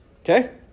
Okay